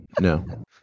No